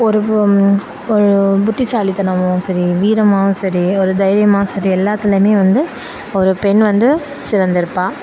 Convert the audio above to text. ஒரு பெண் ஒரு புத்திசாலிதனமாகவும் சரி வீரமாக சரி ஒரு தைரியமாக சரி எல்லாத்துலைமே வந்து ஒரு பெண் வந்து சிறந்துயிருப்பா